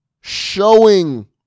showing